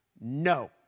No